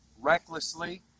recklessly